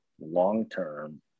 long-term